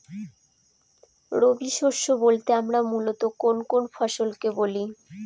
রবি শস্য বলতে আমরা মূলত কোন কোন ফসল কে বলি?